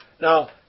Now